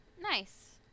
Nice